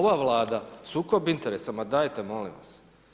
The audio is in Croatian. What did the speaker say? Ova Vlada sukob interesa, ma dajte, molim vas.